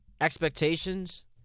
expectations